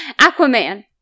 Aquaman